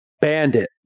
Bandit